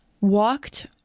walked